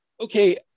Okay